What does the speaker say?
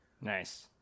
Nice